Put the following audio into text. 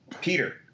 Peter